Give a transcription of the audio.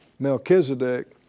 Melchizedek